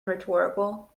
rhetorical